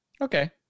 Okay